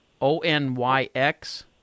O-N-Y-X